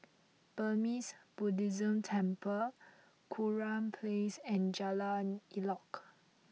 Burmese Buddhist Temple Kurau Place and Jalan Elok